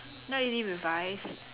not really revise